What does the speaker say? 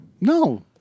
no